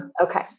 Okay